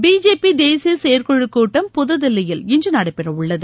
BJP தேசிய செயற்குழு கூட்டம் புதுதில்லியில் இன்று நடைபெறவுள்ளது